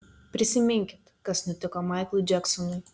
prisiminkit kas nutiko maiklui džeksonui